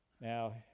Now